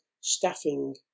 staffing